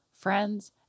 friends